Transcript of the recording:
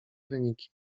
wyniki